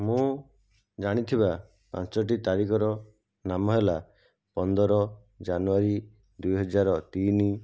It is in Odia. ମୁଁ ଜାଣିଥିବା ପାଞ୍ଚଟି ତାରିଖର ନାମ ହେଲା ପନ୍ଦର ଜାନୁଆରୀ ଦୁଇ ହଜାର ତିନି